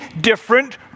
different